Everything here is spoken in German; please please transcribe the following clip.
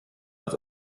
als